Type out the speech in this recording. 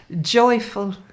Joyful